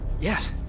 Yes